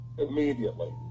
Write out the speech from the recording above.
Immediately